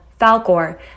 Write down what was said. Falkor